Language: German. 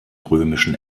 römischen